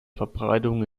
verbreitung